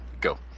Go